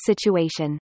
situation